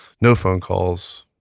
no phone calls,